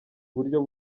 uburyo